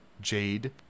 Jade